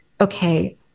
okay